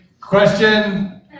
Question